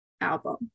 album